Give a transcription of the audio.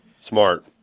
Smart